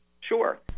Sure